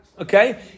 Okay